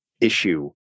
issue